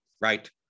right